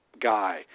guy